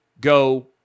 go